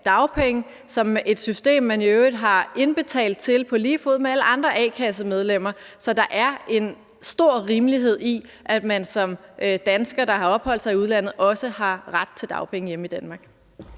dagpenge, som er et system, man i øvrigt har indbetalt til på lige fod med alle andre a-kassemedlemmer. Så der er en stor rimelighed i, at man som dansker, der har opholdt sig i udlandet, også har ret til dagpenge hjemme i Danmark.